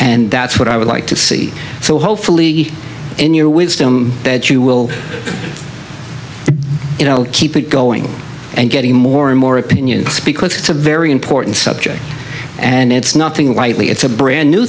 and that's what i would like to see so hopefully in your wisdom that you will keep it going and getting more and more opinion because it's a very important subject and it's nothing lightly it's a brand new